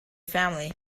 family